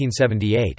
1978